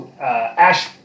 Ash